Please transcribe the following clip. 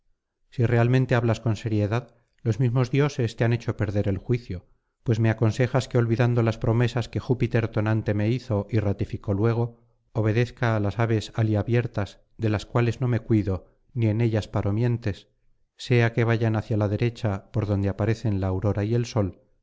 si realmente hablas con seriedad los mismos dioses te han hecho perder el juicio pues me aconsejas que olvidando las promesas que júpiter tonante me hizo y ratificó luego obedezca á las aves aliabiertas de las cuales no me cuido ni en ellas paro mientes sea que vayan hacia la derecha por donde aparecen la aurora y el sol